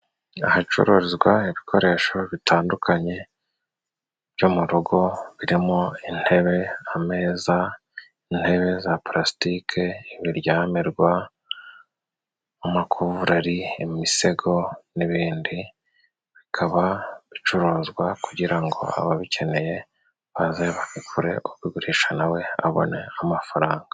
Ahacuruzwa ibikoresho bitandukanye byo mu rugo birimo: intebe, ameza, intebe za pulasitike, biryamirwa, amakuvureri, imisego n'ibindi, bikaba bicuruzwa kugira ngo ababikeneye baze ba bigure, ubigurisha nawe abone amafaranga.